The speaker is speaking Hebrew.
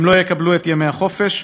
הם לא יקבלו את ימי החופש.